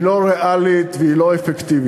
היא לא ריאלית והיא לא אפקטיבית.